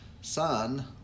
son